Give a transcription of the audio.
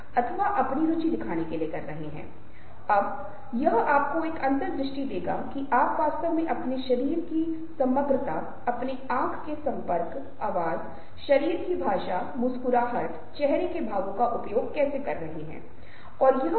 सफेद झूठ निर्दोष झूठ है जिसे हम लगातार एक सामाजिक स्थान में विभिन्न तरीकों से प्रदर्शित करने के बारे में बताते रहते हैं ताकि हम असभ्य न दिखें